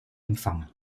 empfangen